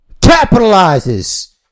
capitalizes